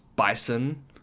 bison